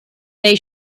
they